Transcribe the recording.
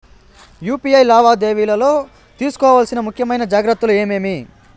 UPI లావాదేవీలలో తీసుకోవాల్సిన ముఖ్యమైన జాగ్రత్తలు ఏమేమీ?